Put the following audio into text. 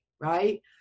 right